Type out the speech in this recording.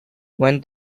when